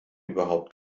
überhaupt